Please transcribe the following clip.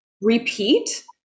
repeat